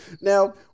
Now